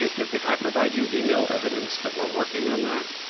if if i provide you email evidence that we're working on that.